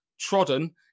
trodden